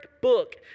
book